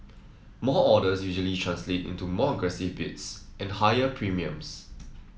more orders usually translate into more aggressive bids and higher premiums